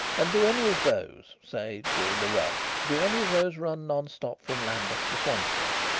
and do any of those say, during the rush do any of those run non-stop from lambeth to swanstead?